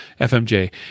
FMJ